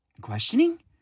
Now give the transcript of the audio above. questioning